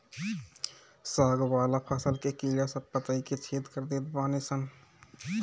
साग वाला फसल के कीड़ा सब पतइ के छेद कर देत बाने सन